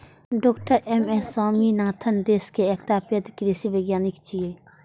डॉ MS Swaminathan देश के एकटा पैघ कृषि वैज्ञानिक छियै